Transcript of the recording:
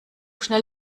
schnell